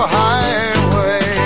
highway